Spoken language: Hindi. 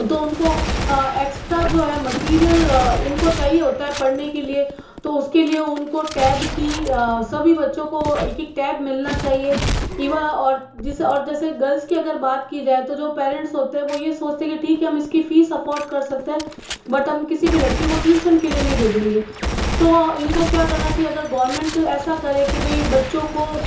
तो उनको एक्स्ट्रा जो है मटीरियल उनको चाहिए होता है पढ़ने के लिए तो उसके लिए उनको टैब की सभी बच्चों को एक एक टैब मिलना चाहिए युवा और जी और जैसे गर्ल्स की अगर बात की जाए तो जो पेरेंट्स होते हैं वह यह सोचते कि ठीक है हम इसकी फ़ीस अफोर्ड कर सकते हैं बट हम किसी भी लड़की को ट्यूशन के लिए नहीं भेजेंगे तो इनको क्या करना चाहिए अगर गवरमेंट ऐसा करें कि भाई बच्चों को